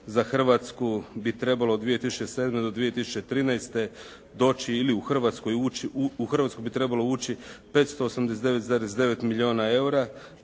za Hrvatsku bi trebalo od 2007. do 2013. doći ili u Hrvatsku ući, u Hrvatsku